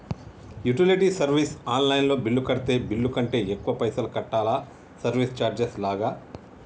Utility service online లో bill కడితే bill కంటే ఎక్కువ పైసల్ కట్టాలా సర్వీస్ చార్జెస్ లాగా?